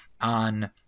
on